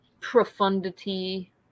profundity